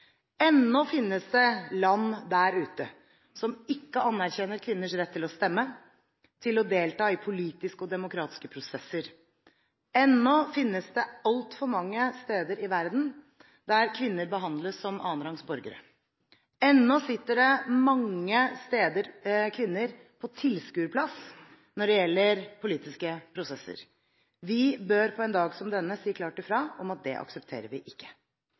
Ennå finnes det land der ute som ikke anerkjenner kvinners rett til å stemme og til å delta i politiske og demokratiske prosesser. Ennå finnes det altfor mange steder i verden der kvinner behandles som annenrangs borgere. Ennå sitter det mange steder kvinner på tilskuerplass når det gjelder politiske prosesser. Vi bør på en dag som denne si klart fra om at det aksepterer vi ikke.